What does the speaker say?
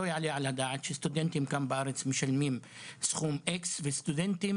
לא יעלה על הדעת שסטודנטים בארץ משלמים סכום X וסטודנטים